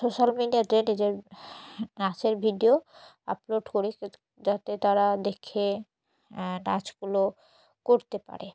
social মিডিয়াতে নিজের নাচের ভিডিও আপলোড করি যাতে যাতে তারা দেখে নাচগুলো করতে পারে